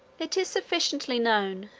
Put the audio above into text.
it is sufficiently known,